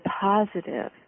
positive